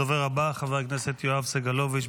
הדובר הבא, חבר הכנסת יואב סגלוביץ'.